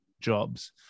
jobs